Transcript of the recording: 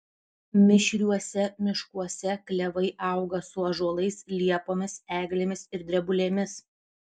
mišriuose miškuose klevai auga su ąžuolais liepomis eglėmis ir drebulėmis